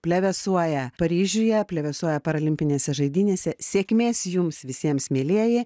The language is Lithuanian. plevėsuoja paryžiuje plevėsuoja paralimpinėse žaidynėse sėkmės jums visiems mielieji